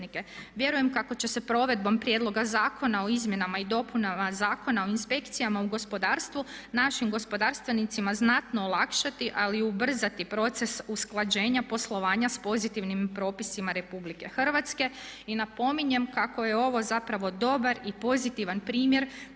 Vjerujem kako će se provedbom prijedloga zakona o izmjenama i dopunama Zakona o inspekcijama u gospodarstvu našim gospodarstvenicima znatno olakšati ali i ubrzati proces usklađenja poslovanja s pozitivnim propisima Republike Hrvatske. Napominjem kako je ovo zapravo dobar i pozitivan primjer koji bi